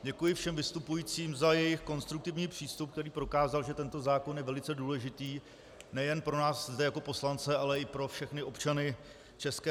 Děkuji všem vystupujícím za jejich konstruktivní přístup, který prokázal, že tento zákon je velice důležitý nejen pro nás zde jako poslance, ale i pro všechny občany ČR.